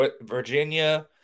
Virginia